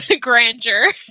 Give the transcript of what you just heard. Grandeur